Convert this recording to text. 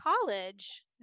college